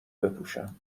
بپوشم